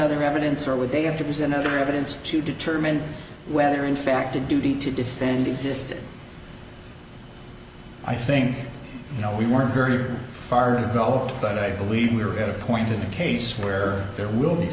other evidence or would they have to present other evidence to determine whether in fact a duty to defend existed i think you know we were very far to go but i believe we are at a point in the case where there will be